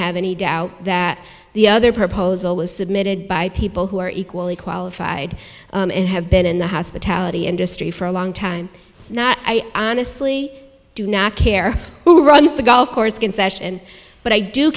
have any doubt that the other proposal was submitted by people who are equally qualified and have been in the hospitality industry for a long time it's not i honestly do not care who runs the golf course concession but i do